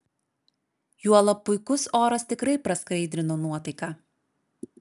juolab puikus oras tikrai praskaidrino nuotaiką